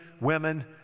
women